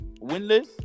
winless